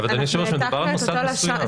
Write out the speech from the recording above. אדוני היושב-ראש, מדובר על מוסד מסוים.